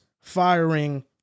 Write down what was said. firing